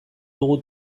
dugu